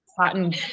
cotton